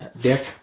Dick